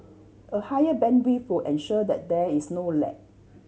a higher bandwidth ensure that there is no lag